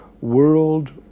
world